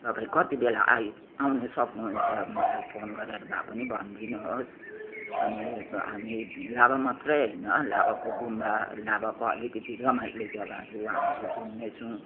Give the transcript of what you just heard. तपाईँ कतिबेला आइ आउनुसक्नु हुन्छ मलाई फोन गरेर भए पनि भनिदिनुहोस् अनि हामी लाभा मात्रै होइन लाभाको गुम्बा लाभाको अलिकति रमाइलो जग्गाहरू हामी घुम्नेछौँ